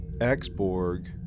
X-Borg